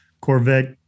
Corvette